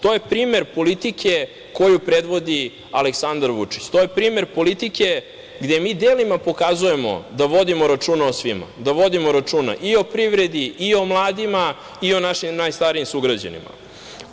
To je primer politike koju predvodi Aleksandar Vučić, to je primer politike gde mi delima pokazujemo da vodimo računa o svima, da vodimo računa i o privredi i o mladima i o našim najstarijim sugrađanima.